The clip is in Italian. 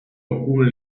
alcune